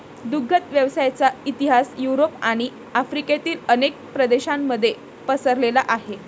दुग्ध व्यवसायाचा इतिहास युरोप आणि आफ्रिकेतील अनेक प्रदेशांमध्ये पसरलेला आहे